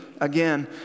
again